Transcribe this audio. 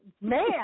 Man